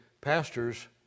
pastors